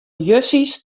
justjes